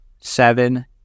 seven